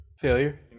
failure